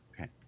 Okay